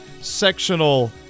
sectional